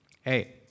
Hey